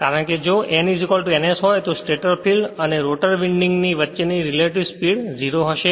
કારણ કે જો n ns હોય તો સ્ટેટર ફિલ્ડ અને રોટર વિન્ડિંગ ની વચ્ચેની રેલેટીવ સ્પીડ 0 હશે